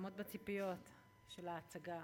לעמוד בציפיות של ההצגה.